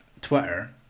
Twitter